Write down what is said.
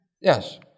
Yes